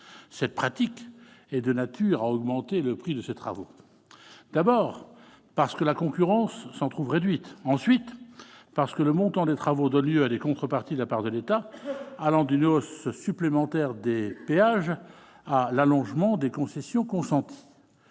Cette pratique est de nature à augmenter le prix de ces travaux, d'abord, parce que la concurrence s'en trouve réduite, ensuite, parce que le montant des travaux donne lieu à des contreparties de la part de l'État, allant d'une hausse supplémentaire des péages à l'allongement des concessions consenties.